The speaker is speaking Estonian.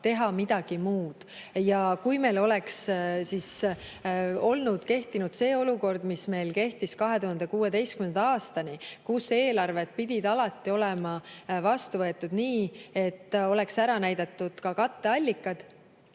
teha midagi muud. Kui meil oleks olnud see olukord, mis kehtis 2016. aastani, kus eelarved pidid alati olema vastu võetud nii, et oleks ära näidatud ka katteallikad